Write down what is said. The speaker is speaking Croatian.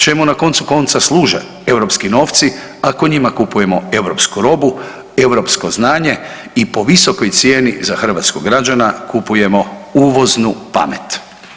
Čemu na koncu konca služe europski novci ako njima kupujemo europsku robu, europsko znanje i po visokoj cijeni za hrvatskog građana kupujemo uvoznu pamet.